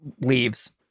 Leaves